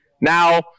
Now